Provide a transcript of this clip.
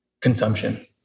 consumption